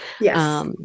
Yes